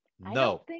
No